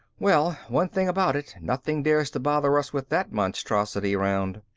well, one thing about it, nothing dares to bother us with that monstrosity around.